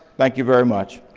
thank you very much.